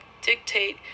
dictate